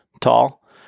tall